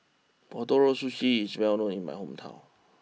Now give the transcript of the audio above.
Ootoro Sushi is well known in my hometown